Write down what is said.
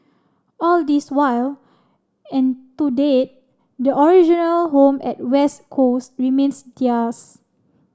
all this while and to date the original home at West Coast remains theirs